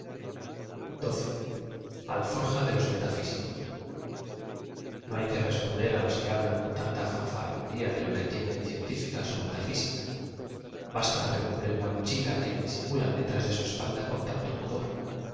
forja de los meiafisicos no hay que responder á ios que hablan con tanta fanfarronería de lo que tiene de científica su m etafísica basta re v o lv e r en la mochila que disimulan detrás de su espalda con tanto pudor